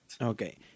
Okay